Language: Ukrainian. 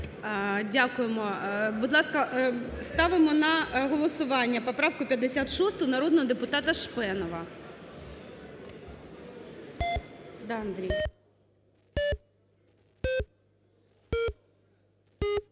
ласка, ставимо на голосування поправку 56 народного депутата Шпенова.